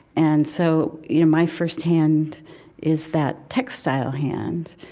and, so, you know, my first hand is that textile hand,